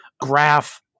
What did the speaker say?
graph